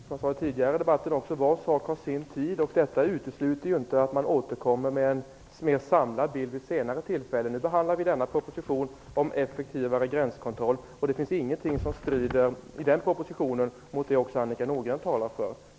Fru talman! Som jag sade också tidigare i debatten har var sak sin tid. Detta utesluter inte att man återkommer med en mer samlad bild vid ett senare tillfälle. Nu behandlar vi denna proposition om effektivare gränskontroll, och det finns ingenting i den propositionen som strider mot det som också Annika Nordgren talar för.